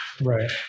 Right